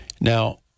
Now